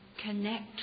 connect